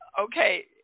Okay